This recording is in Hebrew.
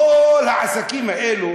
כל העסקים האלה